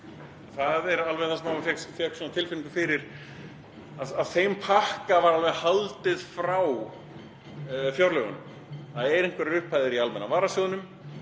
Það er alveg það sem maður fékk tilfinningu fyrir, að þeim pakka var alveg haldið frá fjárlögum. Það eru einhverjar upphæðir í almenna varasjóðnum